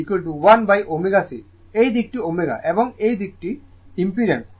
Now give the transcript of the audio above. একইভাবে এই দিক XC1ω C এই দিকটি ω এবং এই দিকটি একটি ইমপিড্যান্স